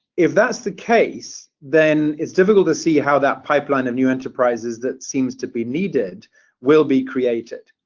if that's the case then it's difficult to see how that pipeline of new enterprises that seems to be needed will be created.